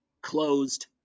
closed